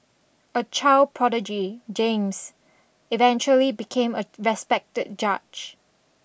a child prodigy James eventually became a respected judge